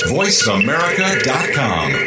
voiceamerica.com